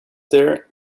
there